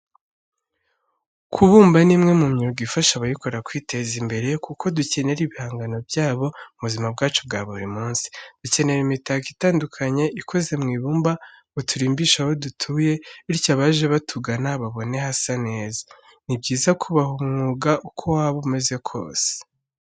Kubumba ni umwe mu myuga ifasha abayikora kwiteza imbere kuko dukenera ibihangano byabo mu buzima bwacu bwa buri munsi. Dukenera imitako itandukanye ikoze mu ibumba ngo turimbishe aho dutuye bityo abaje batugana babone hasa neza. Ni byiza kubaha umwuga uko waba umeze kose.